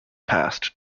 passed